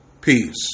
Peace